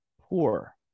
poor